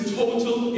total